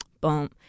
boom